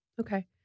Okay